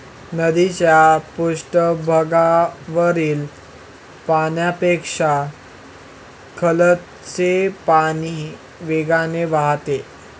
नदीच्या पृष्ठभागावरील पाण्यापेक्षा खालचे पाणी वेगाने वाहते